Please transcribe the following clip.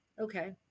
Okay